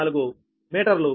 0894 మీటర్లు